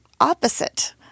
opposite